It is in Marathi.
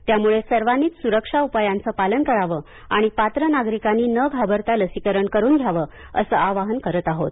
त्यामुळे सर्वांनीच सुरक्षा उपायांचं पालन करावं आणि पात्र नागरिकांनी न घाबरता लसीकरण करून घ्यावं असं आवाहन करत आहोत